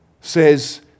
says